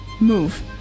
MOVE